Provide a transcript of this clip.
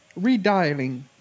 Redialing